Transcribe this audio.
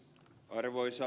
kansalaiset